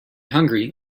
hungry